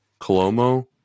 Colomo